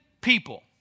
people